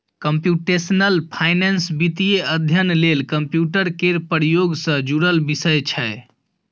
computational finance वित्तीय अध्ययन लेल कंप्यूटर केर प्रयोग सँ जुड़ल विषय छै